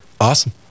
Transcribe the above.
Awesome